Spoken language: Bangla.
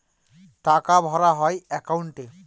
টাকা ভরা হয় একাউন্টে